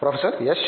professor S